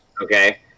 okay